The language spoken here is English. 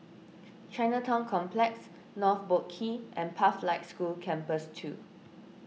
Chinatown Complex North Boat Quay and Pathlight School Campus two